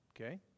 Okay